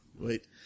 wait